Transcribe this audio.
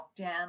lockdown